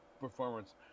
performance